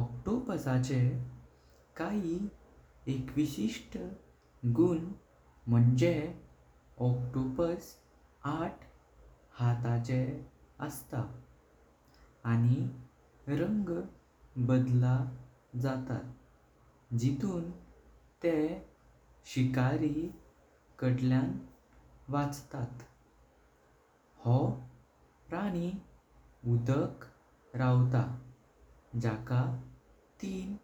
ऑक्टोपसाचें काई एकविसिस्ट गुण म्ंजे ऑक्टोपस आठ हातांचे अस्तात। आनी रंग बदल जातात जिठून तेह शिकारी कडल्यां वाचतात। हो प्राणी उडकां रावता ज्याका तीन